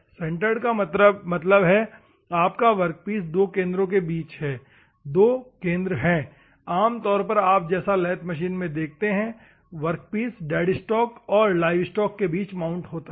centred का मतलब है कि आपका वर्कपीस दो केंद्रों के बीच है दो केंद्र हैं आमतौर पर आप जैसा लेथे मशीन में देखते हैं वर्कपीस डेड स्टॉक और लाइव स्टॉक के बीच माउंट होता है